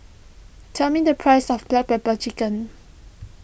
tell me the price of Black Pepper Chicken